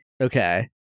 Okay